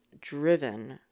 driven